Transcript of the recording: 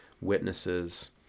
witnesses